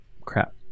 Crap